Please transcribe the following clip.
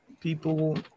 people